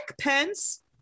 Pence